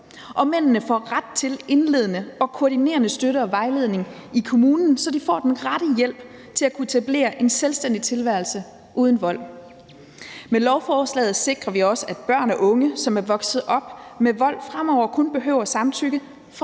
mændene får ret til indledende og koordinerende støtte og vejledning i kommunen, så de får den rette hjælp til at kunne etablere en selvstændig tilværelse uden vold. Med lovforslaget sikrer vi også, at børn og unge, som er vokset op med vold, fremover kun behøver samtykke